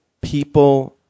people –